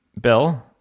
Bill